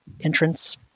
entrance